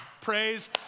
praise